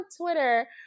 Twitter